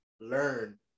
learn